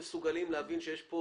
יש מקומות שאנחנו מוצאים שהם בעייתיים